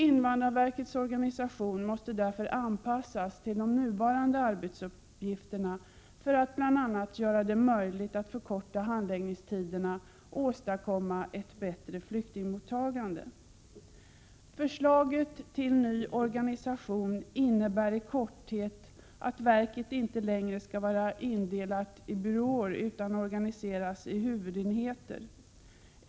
Invandrarverkets organisation måste därför anpassas till de nuvarande arbetsuppgifterna för att bl.a. göra det möjligt att förkorta handläggningstiderna och åstadkomma ett bättre flyktingmottagande. Förslaget till ny organisation innebär i korthet att verket inte längre skall vara indelat i byråer utan organiseras i huvudenheter.